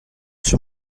sur